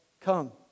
come